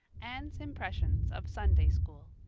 anne's impressions of sunday-school